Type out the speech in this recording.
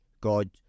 God